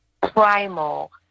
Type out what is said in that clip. primal